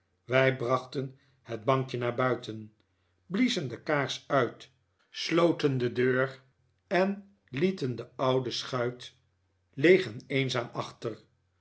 wij brachten het bankje naar buiten bliezen de kaars uit sloten de deur en lieten de oude schuit leeg en eenzaam achter